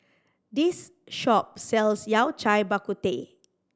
this shop sells Yao Cai Bak Kut Teh